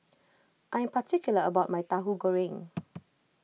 I am particular about my Tahu Goreng